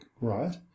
right